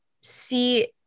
see